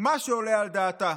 מה שעולה על דעתה,